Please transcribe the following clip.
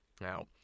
Now